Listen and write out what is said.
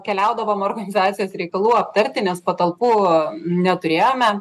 keliaudavom organizacijos reikalų aptarti nes patalpų neturėjome